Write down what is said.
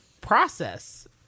process